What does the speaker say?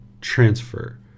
transfer